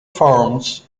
forms